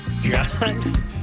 John